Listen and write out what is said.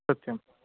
सत्यं